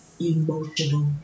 emotional